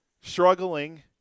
struggling